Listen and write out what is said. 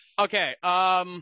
Okay